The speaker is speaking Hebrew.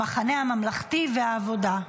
המחנה הממלכתי והעבודה.